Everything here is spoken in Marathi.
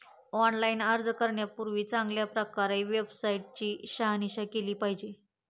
ऑनलाइन अर्ज करण्यापूर्वी चांगल्या प्रकारे वेबसाईट ची शहानिशा केली पाहिजे